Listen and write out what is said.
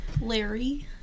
Larry